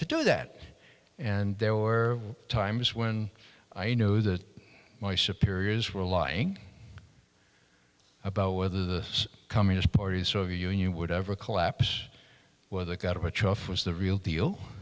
to do that and there were times when i knew that my superiors were lying about whether the communist party soviet union would ever collapse whether it got rich off was the real deal